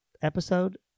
episode